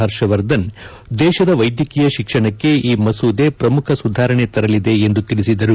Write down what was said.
ಹರ್ಷವರ್ಧನ್ ದೇಶದ ವೈದ್ಯಕೀಯ ಶಿಕ್ಷಣಕ್ಕೆ ಈ ಮಸೂದೆ ಪ್ರಮುಖ ಸುಧಾರಣೆ ತರಲಿದೆ ಎಂದು ತಿಳಿಸಿದರು